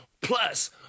Plus